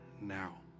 now